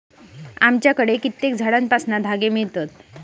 आमच्याकडे कित्येक झाडांपासना धागे मिळतत